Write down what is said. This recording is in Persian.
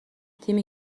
تیمی